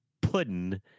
pudding